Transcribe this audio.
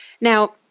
Now